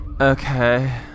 Okay